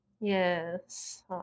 Yes